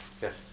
Yes